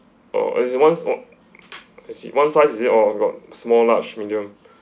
oh is it one s~ or is it one size is it or they got small large medium